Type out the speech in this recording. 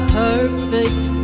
perfect